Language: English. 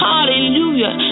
Hallelujah